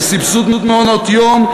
בסבסוד מעונות-יום,